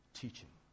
teaching